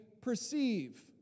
perceive